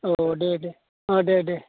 औ दे दे ओह दे दे